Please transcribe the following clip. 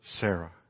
Sarah